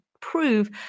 prove